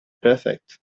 perfect